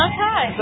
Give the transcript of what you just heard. Okay